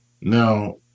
Now